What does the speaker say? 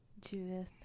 Judith